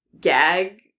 gag